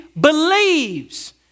believes